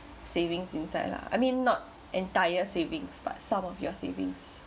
savings inside lah I mean not entire savings but some of your savings